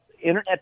internet